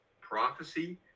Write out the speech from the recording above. prophecy